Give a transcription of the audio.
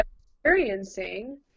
experiencing